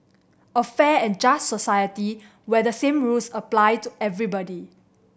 a fair and just society where the same rules apply to everybody